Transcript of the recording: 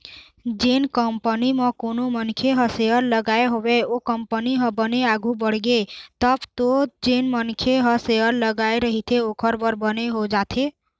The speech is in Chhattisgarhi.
जेन कंपनी म कोनो मनखे ह सेयर लगाय हवय ओ कंपनी ह बने आघु बड़गे तब तो जेन मनखे ह शेयर लगाय रहिथे ओखर बर बने हो जाथे